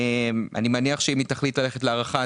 אני מניח שאם היא תחליט ללכת להארכה,